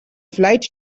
flight